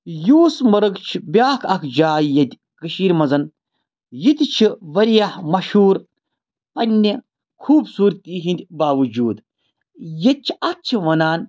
یوٗس مرٕگ چھِ بیٛاکھ اکھ جاے ییٚتہِ کٔشیٖرِ منٛز یہِ تہِ چھِ واریاہ مشہوٗر پنٛنہِ خوٗبصوٗرتی ہِنٛدۍ باوجوٗد ییٚتہِ چھِ اَتھ چھِ ونان